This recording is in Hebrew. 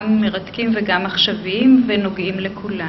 מרתקים וגם עכשווים ונוגעים לכולנו.